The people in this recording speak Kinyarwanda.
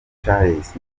charles